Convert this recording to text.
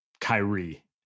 Kyrie